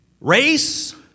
race